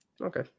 Okay